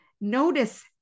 Notice